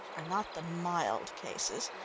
are not the mild cases,